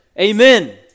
Amen